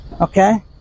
Okay